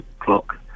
o'clock